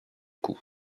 coup